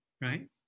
right